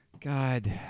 God